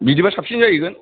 बिदिबा साबसिन जाहैगोन